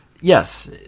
yes